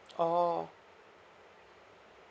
oh